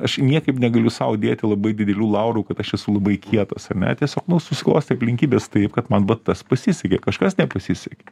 aš niekaip negaliu sau dėti labai didelių laurų kad aš esu labai kietas ar ne tiesiog nu susiklostė aplinkybės taip kad man vat tas pasisekė kažkas nepasisekė